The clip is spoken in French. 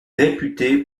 réputé